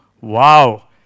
Wow